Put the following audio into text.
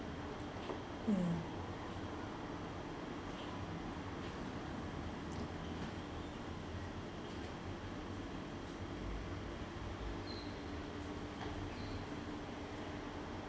mm